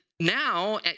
Now